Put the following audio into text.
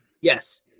Yes